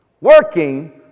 working